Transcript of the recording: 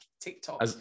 tiktok